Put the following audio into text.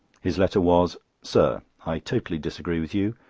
his letter was sir i totally disagree with you.